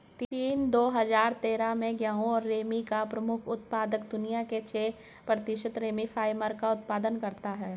चीन, दो हजार तेरह में गेहूं और रेमी का प्रमुख उत्पादक, दुनिया के छह प्रतिशत रेमी फाइबर का उत्पादन करता है